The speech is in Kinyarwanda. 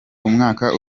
umwaka